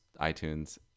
iTunes